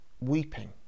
weeping